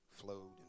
flowed